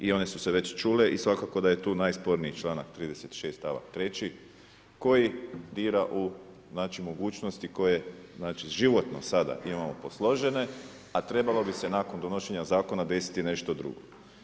I oni su se već čule i svako da je tu najsporniji članak 36. stavak 3 koji bira u znači mogućnosti koje, znači, životno sada, imamo posložene, a trebali bi se nakon donošenje zakona desiti nešto drugo.